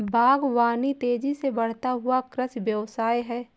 बागवानी तेज़ी से बढ़ता हुआ कृषि व्यवसाय है